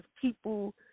people